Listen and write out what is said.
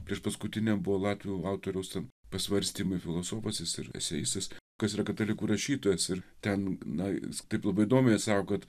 priešpaskutinę buvo latvių autoriaus pasvarstymai filosofas jis ir eseistas kuri yra katalikų rašytojas ir ten na taip labai įdomiai atsako kadi